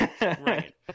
Right